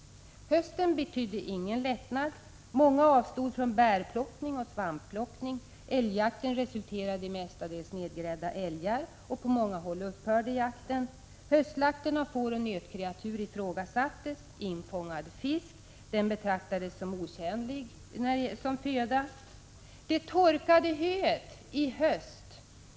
Hösten betydde ingen lättnad. Många avstod från bärplockning och svampplockning. Älgjakten resulterade mestadels i nergrävda älgar, och på många håll upphörde jakten helt. Höstslakten av får och nötkreatur ifrågasattes. Infångad fisk betraktades som otjänlig föda.